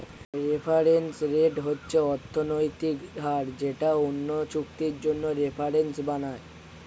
reference rate হচ্ছে অর্থনৈতিক হার যেটা অন্য চুক্তির জন্য রেফারেন্স বানায়